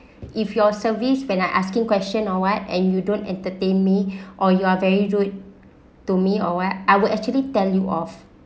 if your service when I asking question or what and you don't entertain me or you are very rude to me or what I would actually tell you off